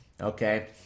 Okay